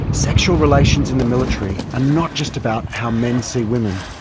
sexual relations in the military are not just about how men see women,